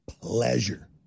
pleasure